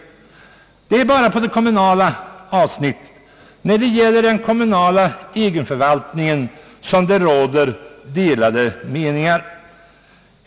Delade meningar föreligger endast i fråga om den kommunala egenförvaltningen.